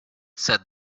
said